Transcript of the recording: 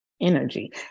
energy